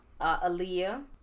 Aaliyah